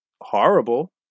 horrible